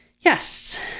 Yes